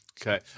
Okay